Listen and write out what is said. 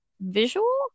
visual